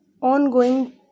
ongoing